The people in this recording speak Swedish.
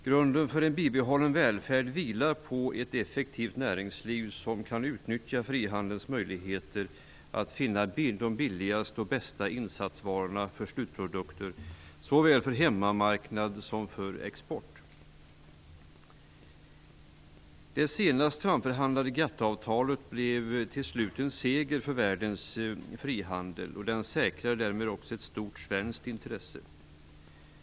Grunden för en bibehållen välfärd vilar på ett effektivt näringsliv som kan utnyttja frihandelns möjligheter att finna de billigaste och bästa insatsvarorna för slutprodukter för såväl hemmamarknad som export. Det senast framförhandlade GATT-avtalet blev till slut en seger för världens frihandel och säkrade därmed också ett stort svenskt intresse.